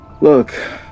Look